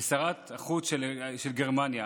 ושרת החוץ של גרמניה,